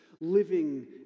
living